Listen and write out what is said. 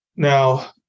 Now